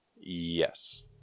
Yes